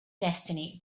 destiny